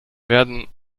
werden